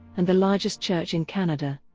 and the largest church in canada.